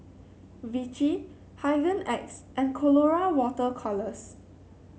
Vichy Hygin X and Colora Water Colours